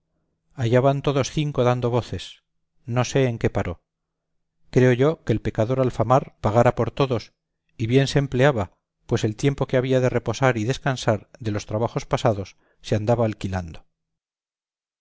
allá van todos cinco dando voces no sé en qué paró creo yo que el pecador alfamar pagara por todos y bien se empleaba pues el tiempo que había de reposar y descansar de los trabajos pasados se andaba alquilando